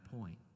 point